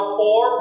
four